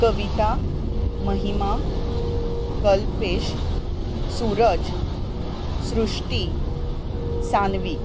Kavita Mahima Kalpesh Suraj Shrishti Saanvi